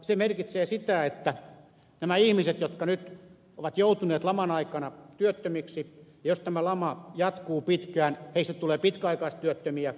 se merkitsee sitä että näistä ihmisistä jotka nyt ovat joutuneet laman aikana työttömiksi jos tämä lama jatkuu pitkään tulee pitkäaikaistyöttömiä